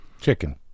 Chicken